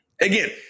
Again